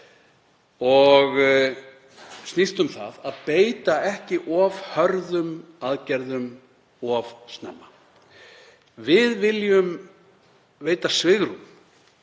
og snýst um það að beita ekki of hörðum aðgerðum of snemma. Við viljum veita svigrúm